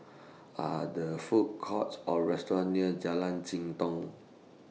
Are The Food Courts Or restaurants near Jalan Jitong